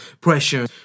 pressure